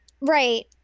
Right